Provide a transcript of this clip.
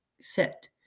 set